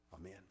Amen